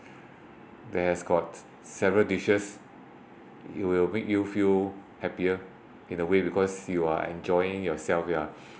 that has got several dishes it will make you feel happier in a way because you are enjoying your self ya